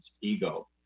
ego